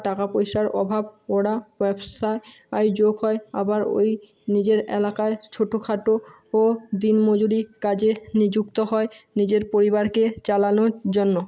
টাকা পয়সার অভাব ওরা ব্যবসা যোগ হয় আবার ওই নিজের এলাকায় ছোটো খাটো দিন মজুরি কাজে নিযুক্ত হয় নিজের পরিবারকে চালানোর জন্য